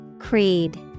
Creed